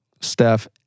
Steph